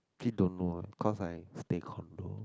keen to know cause I stay condo